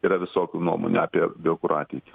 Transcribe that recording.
yra visokių nuomonių apie biokuro ateitį